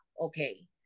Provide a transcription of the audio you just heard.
okay